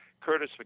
Curtis